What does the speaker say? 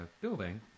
building